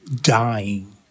dying